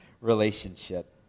relationship